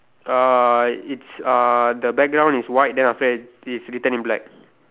uh it's uh the background is white then after that it's written in black